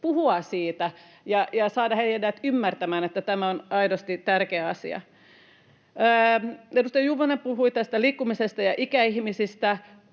puhua siitä ja saada heidät ymmärtämään, että tämä on aidosti tärkeä asia. Edustaja Juvonen puhui liikkumisesta ja ikäihmisistä.